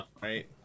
right